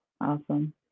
Awesome